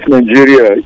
Nigeria